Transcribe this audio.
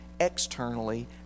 externally